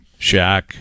Shaq